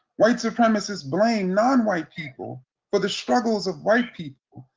white supremacists blame non-white people for the struggles of white people,